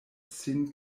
sin